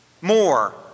more